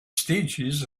stages